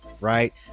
right